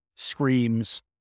Screams